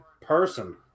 person